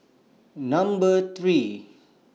Number three